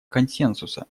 консенсуса